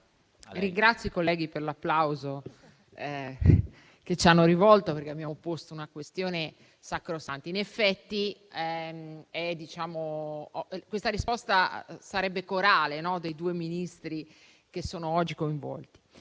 ringrazio i colleghi per l'applauso che ci hanno rivolto, perché abbiamo posto una questione sacrosanta. In effetti, sarebbe auspicabile una risposta corale dei due Ministri che sono oggi coinvolti.